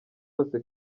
yose